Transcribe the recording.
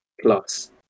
Plus